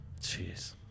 Jeez